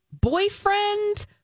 boyfriend